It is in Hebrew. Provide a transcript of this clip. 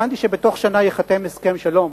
הבנתי שבתוך שנה ייחתם הסכם שלום.